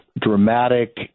dramatic